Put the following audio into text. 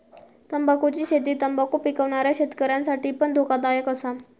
तंबाखुची शेती तंबाखु पिकवणाऱ्या शेतकऱ्यांसाठी पण धोकादायक असा